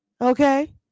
okay